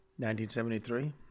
1973